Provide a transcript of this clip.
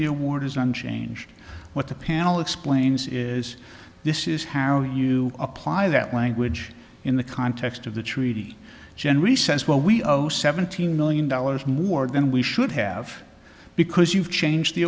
the award is unchanged what the panel explains is this is how you apply that language in the context of the treaty generally sense where we are most seventeen million dollars more than we should have because you've changed the